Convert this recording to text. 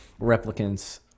replicants